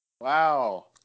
Wow